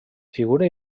figura